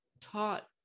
taught